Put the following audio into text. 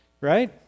right